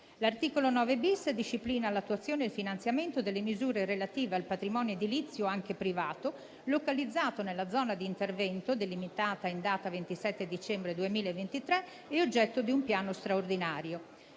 L'articolo 9-*bis* disciplina l'attuazione e il finanziamento delle misure relative al patrimonio edilizio, anche privato, localizzato nella zona di intervento, delimitata in data 27 dicembre 2023 e oggetto di un piano straordinario.